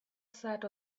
sat